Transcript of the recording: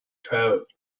trout